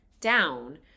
down